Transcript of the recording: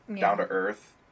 down-to-earth